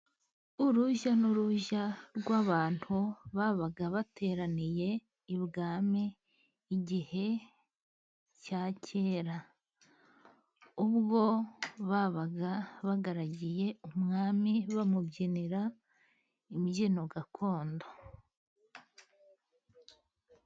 Urujya n'uruza rw'abantu，babaga bateraniye i Bwami mu igihe cya kera， ubwo babaga bagaragiye umwami， bamubyinira imbyino gakondo.